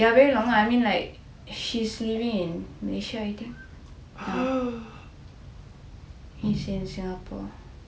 ya very long ah I mean like she's living in malaysia I think he's in singapore